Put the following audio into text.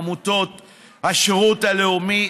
עמותות השירות הלאומי,